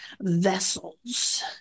vessels